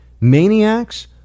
maniacs